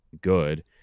good